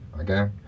Okay